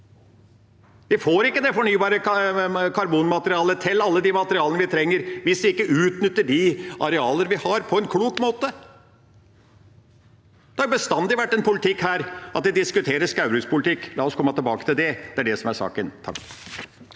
Vi får ikke det fornybare karbonmaterialet til alle de materialene vi trenger, hvis vi ikke utnytter de arealer vi har, på en klok måte. Det har bestandig vært en politikk her at vi diskuterer skogbrukspolitikk. La oss komme tilbake til det, det er det som er saken. Mani